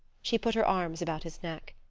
she put her arms about his neck.